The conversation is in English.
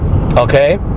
okay